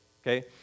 okay